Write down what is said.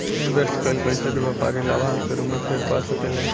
invest कईल पइसा के व्यापारी लाभांश के रूप में फेर पा सकेले